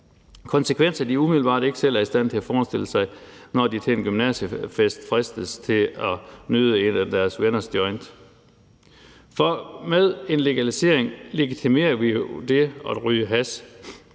konsekvenser, de umiddelbart ikke selv er i stand til at forestille sig, når de til en gymnasiefest fristes til at nyde en af deres venners joints. For med en legalisering legitimerer vi det at ryge hash.